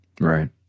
Right